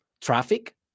traffic